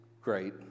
great